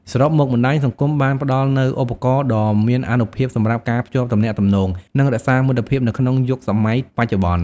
សរុបមក បណ្ដាញសង្គមបានផ្តល់នូវឧបករណ៍ដ៏មានអានុភាពសម្រាប់ការភ្ជាប់ទំនាក់ទំនង និងរក្សាមិត្តភាពនៅក្នុងយុគសម័យបច្ចុប្បន្ន។